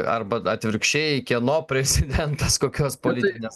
arba atvirkščiai kieno prezidentas kokios politinės